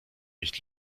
nicht